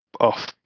off